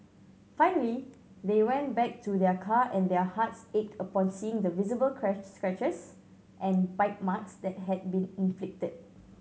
finally they went back to their car and their hearts ached upon seeing the visible scratches and bite marks that had been inflicted